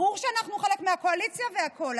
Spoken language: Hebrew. ברור שאנחנו חלק מהקואליציה והכול,